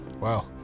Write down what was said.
Wow